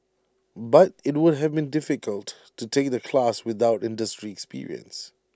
but IT would have been difficult to take the class without industry experience